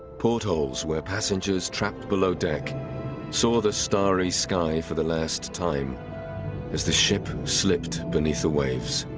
portholes where passengers trapped below deck saw the starry sky for the last time as the ship slipped beneath the waves.